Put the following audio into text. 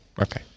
Okay